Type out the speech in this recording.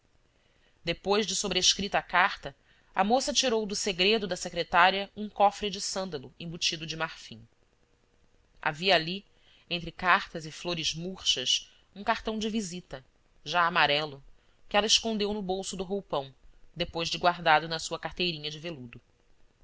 depois de sobrescrita a carta a moça tirou do segredo da secretária um cofre de sândalo embutido de marfim havia ali entre cartas e flores murchas um cartão de visita já amarelo que ela escondeu no bolso do roupão depois de guardado na sua carteirinha de veludo